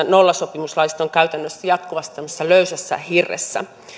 nollasopimuslaiset ovat käytännössä jatkuvasti tällaisessa löysässä hirressä